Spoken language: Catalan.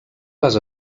les